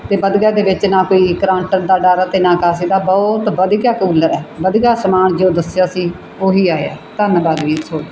ਅਤੇ ਵਧੀਆ ਦੇ ਵਿੱਚ ਨਾ ਕੋਈ ਕਰੰਟ ਦਾ ਡਰ ਆ ਅਤੇ ਨਾ ਕਿਸੇ ਦਾ ਬਹੁਤ ਵਧੀਆ ਕੂਲਰ ਹੈ ਵਧੀਆ ਸਮਾਨ ਜੋ ਦੱਸਿਆ ਸੀ ਉਹ ਹੀ ਆਇਆ ਧੰਨਵਾਦ ਵੀਰ ਤੁਹਾਡਾ